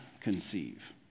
conceive